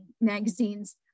magazines